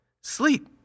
sleep